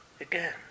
Again